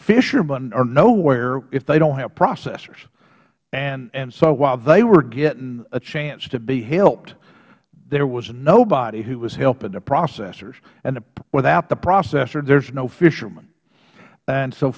fishermen are nowhere if they don't have processors and so while they were getting a chance to be helped there was nobody who was helping the processors and without the processors there's no fishermen and so